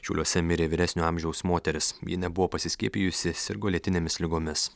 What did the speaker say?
šiauliuose mirė vyresnio amžiaus moteris ji nebuvo pasiskiepijusi sirgo lėtinėmis ligomis